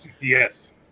Yes